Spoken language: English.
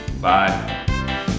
Bye